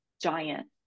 giant